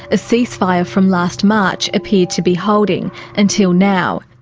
a ceasefire from last march appeared to be holding, until now.